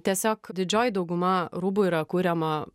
tiesiog didžioji dauguma rūbų yra kuriama